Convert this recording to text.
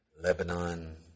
Lebanon